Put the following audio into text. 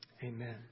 Amen